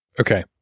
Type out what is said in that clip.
Okay